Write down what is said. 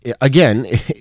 again